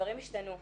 הדברים ישתנו.